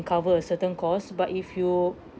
cover a certain cost but if you